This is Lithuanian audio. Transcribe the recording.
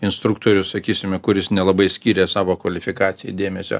instruktorius sakysime kuris nelabai skyrė savo kvalifikaciją dėmesio